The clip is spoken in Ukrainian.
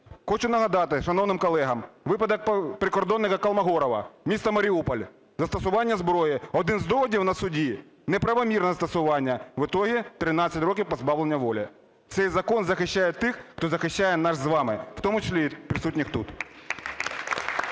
хочу нагадати шановним колегам випадок прикордонника Колмогорова, місто Маріуполь, застосування зброї. Один з доводів на суді – неправомірне застосування, в итоге – 13 років позбавлення воли. Цей закон захищає тих, хто захищає наш з вами, в тому числі присутніх тут.